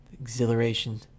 Exhilaration